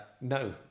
no